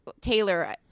Taylor